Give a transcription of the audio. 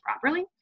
properly